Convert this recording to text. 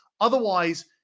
Otherwise